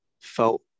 felt